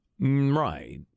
Right